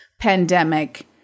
pandemic